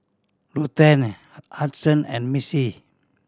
Ruthanne Hudson and Missy